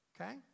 okay